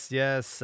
yes